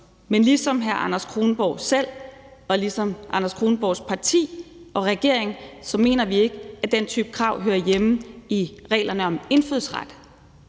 Men ligesom hr. Anders Kronborg selv og ligesom hr. Anders Kronborgs parti og regeringen mener vi ikke, at den type krav hører hjemme i reglerne om indfødsret.